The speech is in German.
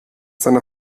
seiner